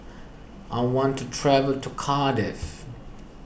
I want to travel to Cardiff